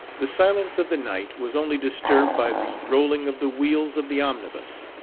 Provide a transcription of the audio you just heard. the silence of the night was only disturbed by the rolling of the wheels of the omnibus,